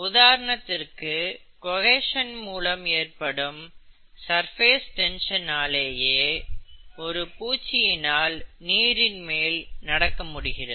உதாரணத்திற்கு கொஹேஷன் மூலம் ஏற்படும் சர்பேஸ் டென்ஷனாலேயே ஒரு பூச்சியினால் நீரின் மேல் நடக்க முடிகிறது